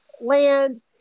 land